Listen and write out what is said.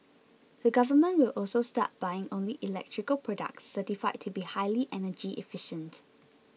the Government will also start buying only electrical products certified to be highly energy efficient